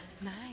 Nice